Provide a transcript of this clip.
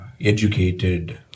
educated